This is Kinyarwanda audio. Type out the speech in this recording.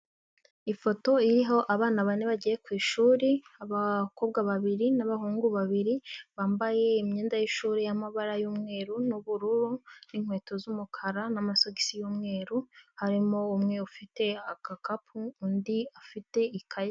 Ifoto iriho abana bane bagiye ku ishuri, abakobwa babiri n'abahungu babiri bambaye imyenda y'ishuri y'amabara y'umweru n'ubururu n'inkweto z'umukara n'amasogisi y'umweru, harimo umwe ufite agakapu undi afite ikaye.